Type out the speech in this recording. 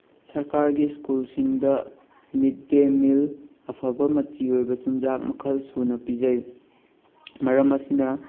ꯁꯥꯔꯀꯥꯔꯒꯤ ꯁ꯭ꯀꯨꯜꯁꯤꯡꯗ ꯃꯤꯗ ꯗꯦ ꯃꯤꯜ ꯑꯐꯕ ꯃꯆꯤ ꯑꯣꯏꯕ ꯆꯤꯟꯖꯥꯛ ꯃꯈꯜ ꯁꯨꯅ ꯄꯤꯖꯩ ꯃꯔꯝ ꯑꯁꯤꯅ